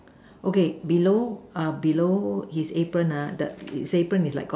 okay below uh below his apron uh the his apron is like got